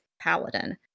paladin